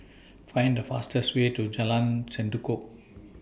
Find The fastest Way to Jalan Sendudok